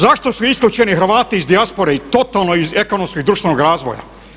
Zašto su isključeni Hvatati iz dijaspore i totalno iz ekonomskog društvenog razvoja?